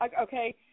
Okay